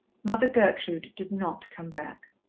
mother gertrude did not come back.